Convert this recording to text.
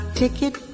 ticket